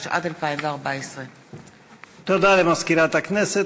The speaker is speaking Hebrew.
התשע"ד 2014. תודה למזכירת הכנסת.